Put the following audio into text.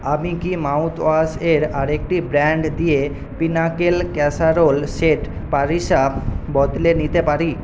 আমি কি মাউথওয়াশ এর আরেকটি ব্র্যান্ড দিয়ে পিনাকেল ক্যাসারোল সেট পারিসা বদলে নিতে পারি